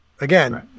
Again